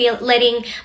letting